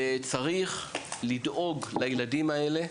וצריך לדאוג לילדים האלה,